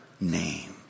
name